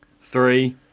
three